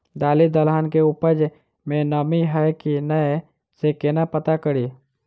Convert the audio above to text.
दालि दलहन केँ उपज मे नमी हय की नै सँ केना पत्ता कड़ी?